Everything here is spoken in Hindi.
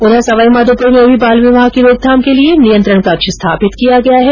उधर सवाईमाघोप्र में भी बाल विवाह की रोकथाम के लिये नियंत्रण कक्ष स्थापित किया गया है